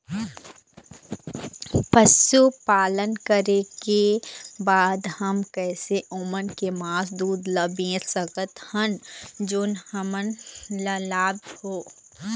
पशुपालन करें के बाद हम कैसे ओमन के मास, दूध ला बेच सकत हन जोन हमन ला लाभ हो?